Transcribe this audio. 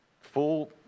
full